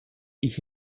ich